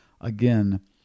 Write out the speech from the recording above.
Again